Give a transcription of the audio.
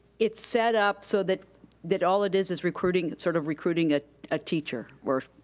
it's set up so that that all it is is recruiting, sort of recruiting a ah teacher or.